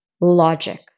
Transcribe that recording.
logic